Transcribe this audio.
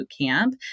Bootcamp